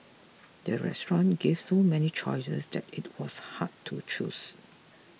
the restaurant gave so many choices that it was hard to choose